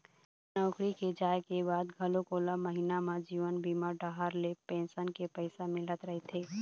नौकरी के जाए के बाद घलोक ओला महिना म जीवन बीमा डहर ले पेंसन के पइसा मिलत रहिथे